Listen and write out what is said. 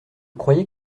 croyais